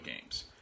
games